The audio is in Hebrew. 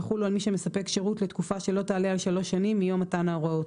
יחולו על מי שמספק שירות לתקופה שלא תעלה על שלוש שנים מיום מתן ההוראות